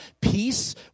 peace